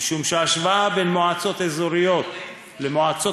משום שהשוואה בין מועצות אזוריות למועצות